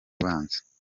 ubanza